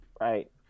Right